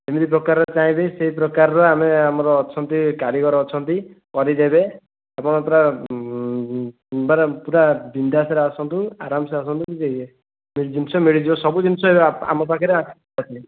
ଯେମିତି ପ୍ରକାରର ଚାହିଁବେ ସେଇ ପ୍ରକାରର ଆମେ ଆମର ଅଛନ୍ତି କାରିଗର ଅଛନ୍ତି କରିଦେବେ ଆପଣ ପୁରା ପୁରା ବିନ୍ଦାସ୍ରେ ଆସନ୍ତୁ ଅରାମ୍ସେ ଆସନ୍ତୁ ଜିନିଷ ମିଳିଯିବ ସବୁ ଜିନିଷ ଆମ ପାଖରେ ଅଛି